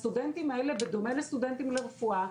הסטודנטים האלה בדומה לסטודנטים לרפואה,